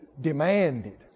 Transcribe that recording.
demanded